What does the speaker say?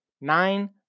nine